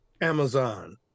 Amazon